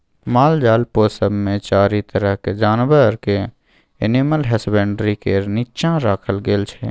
मालजाल पोसब मे चारि तरहक जानबर केँ एनिमल हसबेंडरी केर नीच्चाँ राखल गेल छै